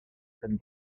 fan